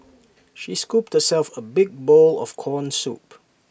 she scooped herself A big bowl of Corn Soup